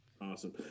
Awesome